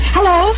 Hello